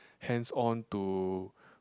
hands on to